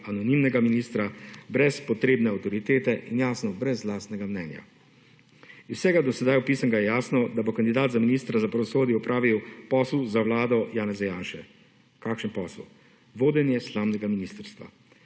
anonimnega ministra, brez potrebne avtoritete in jasno, brez lastnega mnenja. Iz vsega do sedaj opisanega je jasno, da bo kandidat za ministra za pravosodje opravil posel za Vlado Janeza Janše. Kakšen posel? Vodenje slamnega ministrstva.